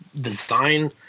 design